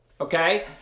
okay